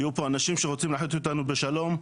יהיו פה אנשים שרוצים לחיות אתנו בשלום,